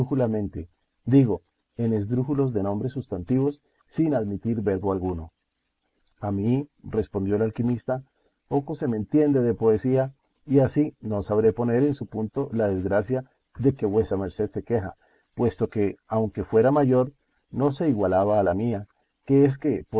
todo esdrújulamente digo en esdrújulos de nombres sustantivos sin admitir verbo alguno a mi respondió el alquimista poco se me entiende de poesía y así no sabré poner en su punto la desgracia de que vuesa merced se queja puesto que aunque fuera mayor no se igualaba a la mía que es que